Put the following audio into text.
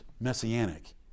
messianic